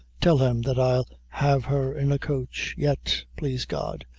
tell him that i'll have her in a coach, yet, plaise god,